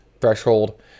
threshold